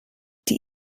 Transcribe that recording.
die